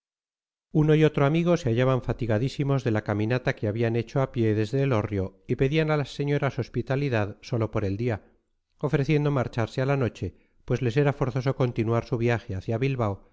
uno y otro amigo se hallaban fatigadísimos de la caminata que habían hecho a pie desde elorrio y pedían a las señoras hospitalidad sólo por el día ofreciendo marcharse a la noche pues les era forzoso continuar su viaje hacia bilbao